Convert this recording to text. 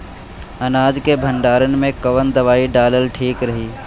अनाज के भंडारन मैं कवन दवाई डालल ठीक रही?